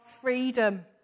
freedom